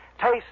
Taste